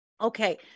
Okay